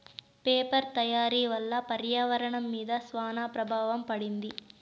paper తయారీ వల్ల పర్యావరణం మీద శ్యాన ప్రభావం పడింది